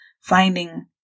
finding